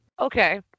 Okay